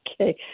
Okay